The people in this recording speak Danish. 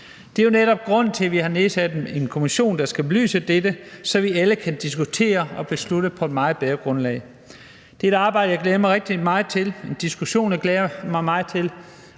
Det er jo netop grunden til, at vi har nedsat en kommission, der skal belyse dette, så vi alle kan diskutere og beslutte på et meget bedre grundlag. Det er et arbejde, jeg glæder mig rigtig meget til, og det er en diskussion, jeg glæder mig meget til.